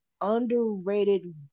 underrated